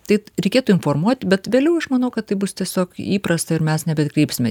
tai reikėtų informuot bet vėliau aš manau kad tai bus tiesiog įprasta ir mes nebe atkreipsime